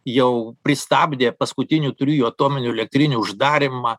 jau pristabdė paskutinių trijų atominių elektrinių uždarymą